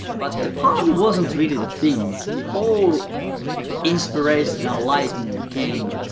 but the party wasn't really the thing. the whole inspiration, enlightenment came